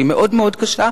שהיא מאוד קשה,